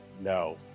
No